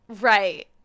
Right